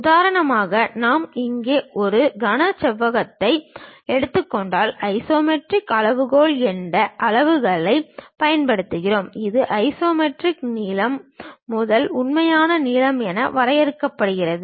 உதாரணமாக நாம் இங்கே ஒரு கனசதுரத்தை எடுத்துக்கொண்டால் ஐசோமெட்ரிக் அளவுகோல் என்ற அளவைப் பயன்படுத்துகிறோம் இது ஐசோமெட்ரிக் நீளம் முதல் உண்மையான நீளம் என வரையறுக்கப்படுகிறது